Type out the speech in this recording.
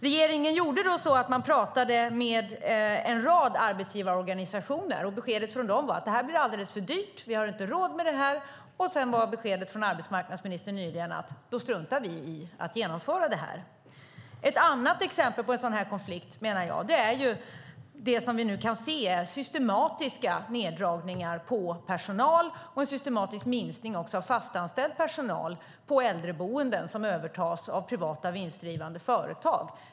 Regeringen pratade då med en rad arbetsgivarorganisationer, och beskedet från dem var: Det här blir alldeles för dyrt - vi har inte råd med det. Sedan var beskedet från arbetsmarknadsministern nyligen: Då struntar vi i att genomföra det här. Ett annat exempel på en sådan här konflikt är det som vi nu kan se i systematiska neddragningar på personal och en systematisk minskning av fastanställd personal på äldreboenden som övertas av privata vinstdrivande företag.